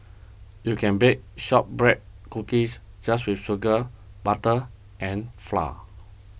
you can bake Shortbread Cookies just with sugar butter and flour